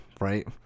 Right